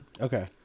Okay